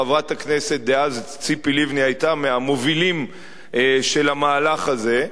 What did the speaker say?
חברת הכנסת דאז ציפי לבני היתה מהמובילים של המהלך הזה,